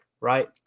right